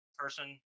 person